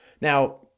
Now